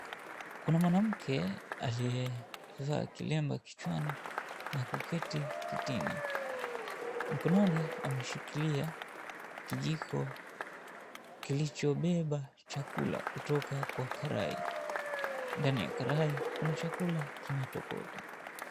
Kuna mwanamke aliye valia kilemba kichwani na kuketi kitini mkononi kijiko kilicho beba chakula kutoka kwa karai ndani ya karai kuna chakula kina tokota.